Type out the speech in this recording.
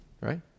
Right